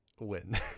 win